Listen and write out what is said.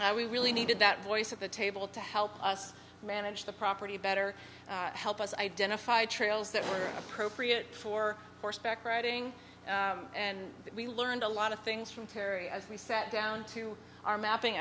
frequently i we really needed that voice at the table to help us manage the property better help us identify trails that were appropriate for horseback riding and we learned a lot of things from terry as we sat down to our mapping